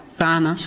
sana